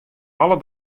alle